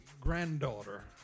granddaughter